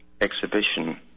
exhibition